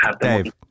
Dave